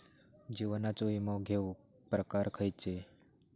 जीवनाचो विमो घेऊक प्रकार खैचे?